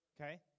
Okay